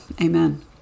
Amen